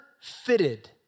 fitted